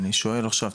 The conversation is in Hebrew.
אני שואל עכשיו,